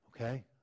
Okay